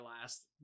last